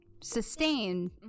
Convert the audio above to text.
sustain